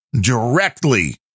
directly